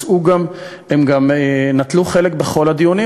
הם גם נטלו חלק בכל הדיונים,